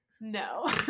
No